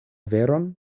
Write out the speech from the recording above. veron